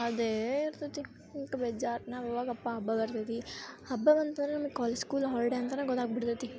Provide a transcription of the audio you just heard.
ಅದೇ ಇರ್ತೈತಿ ಬೇಜಾರು ನಾವು ಯಾವಾಗಪ್ಪ ಹಬ್ಬ ಬರ್ತೈತಿ ಹಬ್ಬ ಬಂತು ಅಂದ್ರೆ ನಮಗೆ ಕಾಲೇಜ್ ಸ್ಕೂಲ್ ಹಾಲ್ಡೇ ಅಂತಲೇ ಗೊತ್ತಾಗಿಬಿಡ್ತೈತಿ